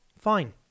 fine